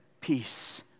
Peace